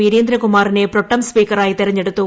വീരേന്ദ്രകുമാറിനെ pro tem സ്പീക്കറായി തെരഞ്ഞെടുത്തു